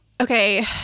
okay